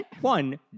one